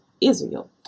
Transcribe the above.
Israel